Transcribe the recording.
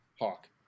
Hawk